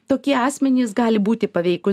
tokie asmenys gali būti paveikūs